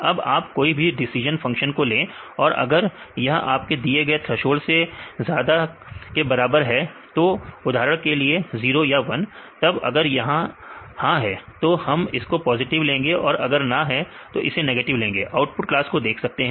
अब आप कोई भी डिसिशन फंक्शन को ले और अगर यह आपके दिए गए थ्रेसोल्ड से ज्यादा क्या बराबर है तो उदाहरण के लिए 0 या 1 तब अगर यह हां है तो हम इसको पॉजिटिव लेंगे और अगर ना है तो इसे नेगेटिव लेंगे आउटपुट क्लास देख सकते हैं